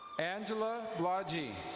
angela logge.